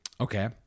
Okay